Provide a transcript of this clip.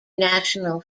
national